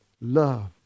love